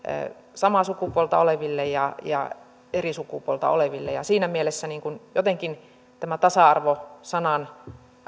samaa sukupuolta oleville ja ja eri sukupuolta oleville siinä mielessä jotenkin tämän tasa arvo sanan